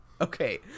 Okay